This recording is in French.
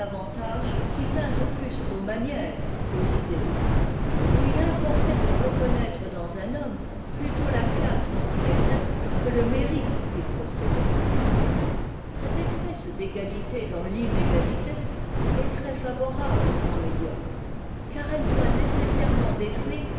avantages qui tinssent plus aux manières qu'aux idées et il importait de reconnaître dans un homme plutôt la classe dont il était que le mérite qu'il possédait cette espèce d'égalité dans l'inégalité est très favorable aux gens médiocres car elle doit nécessairement détruire